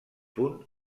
punt